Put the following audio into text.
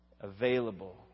Available